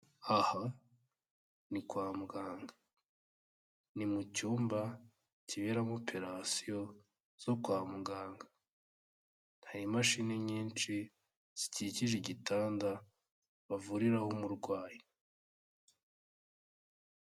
Aha ni kwa muganga, ni mu cyumba kiberamo operation zo kwa muganga, hari imashini nyinshi zikikije igitanda bavuriraho umurwayi.